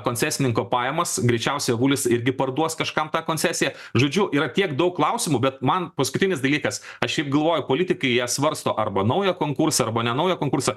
koncesininko pajamas greičiausiai avulis irgi parduos kažkam tą koncesiją žodžiu yra tiek daug klausimų bet man paskutinis dalykas aš šiaip galvoju politikai jie svarsto arba naują konkursą arba ne naują konkursą